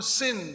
sin